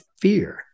fear